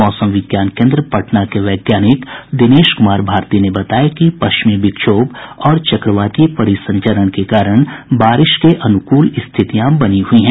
मौसम विज्ञान केन्द्र पटना के वैज्ञानिक दिनेश कुमार भारती ने बताया कि पश्चिमी विक्षोभ और चक्रवातीय परिसंचरण के कारण बारिश के अनुकूल स्थितियां बनी हुई हैं